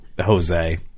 Jose